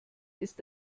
ist